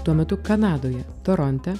tuo metu kanadoje toronte